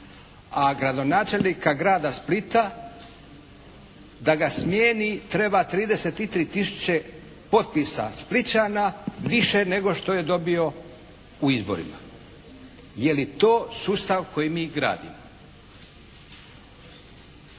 a gradonačelnika Grada Splita da ga smijeni treba 33 000 potpisa Splićana više nego što je dobio u izborima. Je li to sustav koji mi gradimo?